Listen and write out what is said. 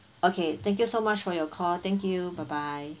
okay thank you so much for your call thank you bye bye